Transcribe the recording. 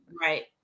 Right